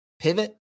Pivot